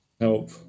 help